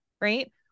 right